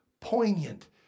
poignant